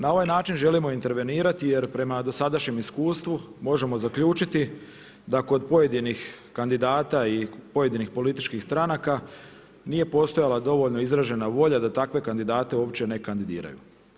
Na ovaj način želimo intervenirati jer prema dosadašnjem iskustvu možemo zaključiti da kod pojedinih kandidata i pojedinih političkih stranaka nije postojala dovoljno izražena volja da takve kandidate uopće ne kandidiraju.